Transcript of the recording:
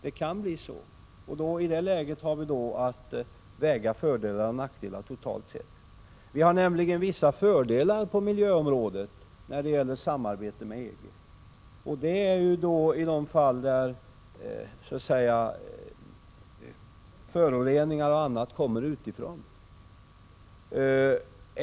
Det kan bli så, och i det läget får vi väga fördelar och nackdelar totalt sett. Vi har nämligen vissa fördelar på miljöområdet i samarbetet med EG. Det är i de fall när föroreningar och annat kommer utifrån.